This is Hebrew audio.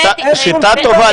שיטה טובה.